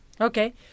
Okay